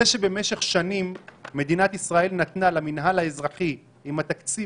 זה שבמשך שנים מדינה נתנה למנהל האזרחי עם התקציב